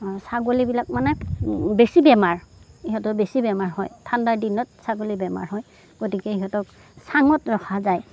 ছাগলীবিলাক মানে বেছি বেমাৰ ইহঁতৰ বেছি বেমাৰ হয় ঠাণ্ডাৰ দিনত ছাগলীৰ বেমাৰ হয় গতিকে ইহঁতক চাঙত ৰখা যায়